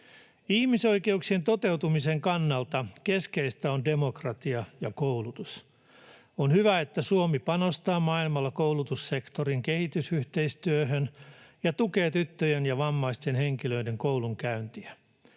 Ihmisoikeuksien toteutumisen kannalta keskeistä ovat demokratia ja koulutus. On hyvä, että Suomi panostaa maailmalla koulutussektorin kehitysyhteistyöhön ja tukee tyttöjen ja vammaisten henkilöiden koulunkäyntiä.